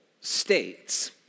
states